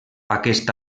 aquest